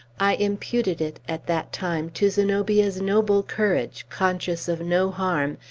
i imputed it, at that time, to zenobia's noble courage, conscious of no harm,